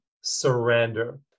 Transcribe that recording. surrender